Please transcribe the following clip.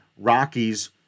Rockies